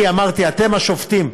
כי אמרתי: אתם השופטים,